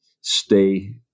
stay